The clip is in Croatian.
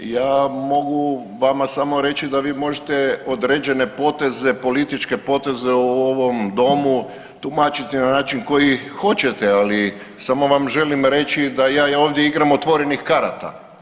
Ja mogu vama samo reći da vi možete određene poteze, političke poteze u ovom domu tumačiti na način koji hoćete, ali samo vam želim reći da ja i ovdje igram otvorenih karata.